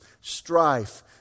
strife